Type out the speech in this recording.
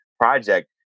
project